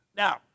Now